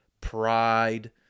pride